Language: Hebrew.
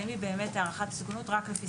האם היא באמת הערכת מסוכנות רק על פי